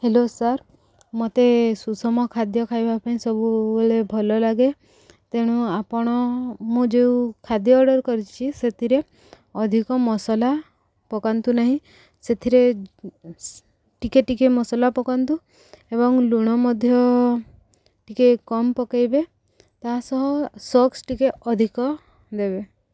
hello sir ମତେ ସୁଷମ ଖାଦ୍ୟ ଖାଇବା ପାଇଁ ସବୁବେଳେ ଭଲ ଲାଗେ ତେଣୁ ଆପଣ ମୁଁ ଯେଉଁ ଖାଦ୍ୟ ଅର୍ଡ଼ର୍ କରିଛି ସେଥିରେ ଅଧିକ ମସଲା ପକାନ୍ତୁ ନାହିଁ ସେଥିରେ ଟିକିଏ ଟିକିଏ ମସଲା ପକାନ୍ତୁ ଏବଂ ଲୁଣ ମଧ୍ୟ ଟିକିଏ କମ୍ ପକାଇବେ ତା' ସହ ସସ୍ ଟିକିଏ ଅଧିକ ଦେବେ